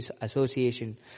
association